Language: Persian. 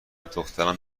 دختران